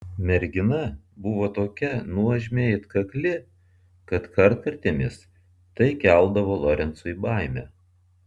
mergina buvo tokia nuožmiai atkakli kad kartkartėmis tai keldavo lorencui baimę